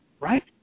right